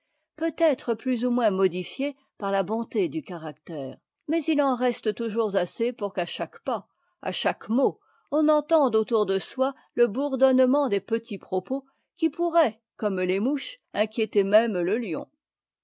être plus ou moins modifiée par la bonté du caractère mais il en reste toujours assez pour qu'à chaque pas à chaque mot on entende autour de soi e bourdonnement des petits propos qui pourraient comme es mouches inquiéter même le lion